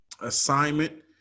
Assignment